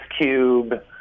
Cube